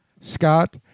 Scott